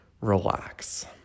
Relax